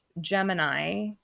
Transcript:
Gemini